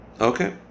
Okay